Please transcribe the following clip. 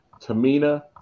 Tamina